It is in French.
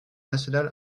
national